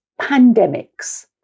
pandemics